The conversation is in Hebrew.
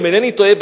אם אינני טועה,